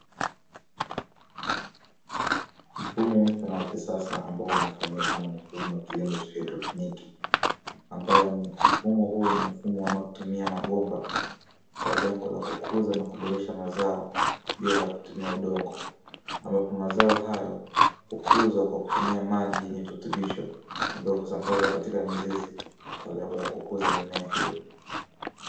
Mfumo mpya wa kisasa ambao una familia ambayo ni mifumo huu ni mfumo unaotumia mabomba kwa lengo la kukuza na kuboresha mazao bila kutumia udongo, amepanda mazao hayo hukuzwa kwa kutumia maji yenye kutibisho ambazo katika mizizi kwa lengo la kukuza mimea hiyo.